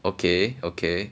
okay okay